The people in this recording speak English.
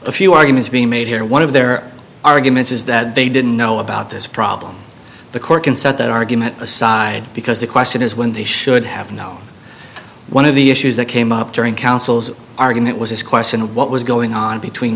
a few arguments being made here one of their arguments is that they didn't know about this problem the court can set that argument aside because the question is when they should have known one of the issues that came up during counsel's argument was this question of what was going on between